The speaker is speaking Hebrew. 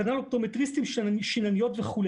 כנ"ל אופטומטריסטים, שינניות וכו'.